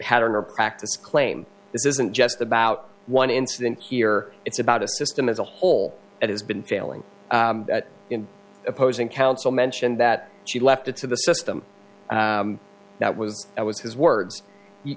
pattern or practice claim this isn't just about one incident here it's about a system as a whole that has been failing in opposing counsel mentioned that she left it to the system and that was that was his words